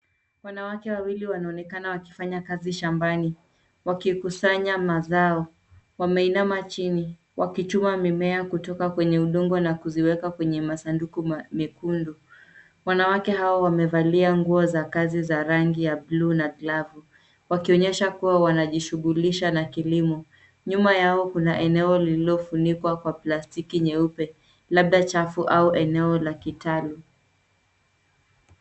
Wanawake wawili wanaonekana wakifanya kazi shambani, wakikusanya mazao wameinama chini wakichuma mimea kutoka kwenye udongo na kuziweka kwenye masanduku mekundu. Wanawake hao wamevalia nguo za kazi ya rangi ya bluu na glavu, wakionyesha kuwa wanajishughulisha na kilimo. Nyuma yao kuna eneo lililofunikwa kwa plastiki nyeupe labda chafu au eneo la kitalu.